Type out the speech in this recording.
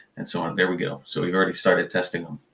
and so on. there we go. so we've already started testing them.